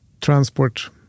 transport